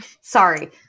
Sorry